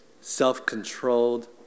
self-controlled